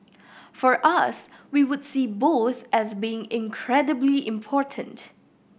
for us we would see both as being incredibly important